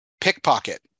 pickpocket